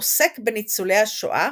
עוסק בניצולי השואה,